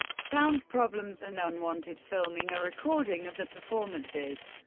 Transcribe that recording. sound problems, and unwanted filming or recording of the performances.